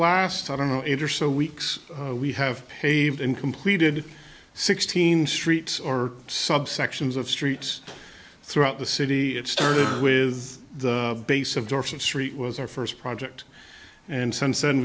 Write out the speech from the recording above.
last i don't know it or so weeks we have paved in completed sixteen streets or subsections of streets throughout the city it started with the base of dorset street was our first project and since then